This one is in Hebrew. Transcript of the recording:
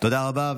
תודה רבה.